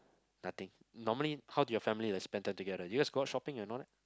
nothing normally how do your family like spend time together you guys go out shopping and all that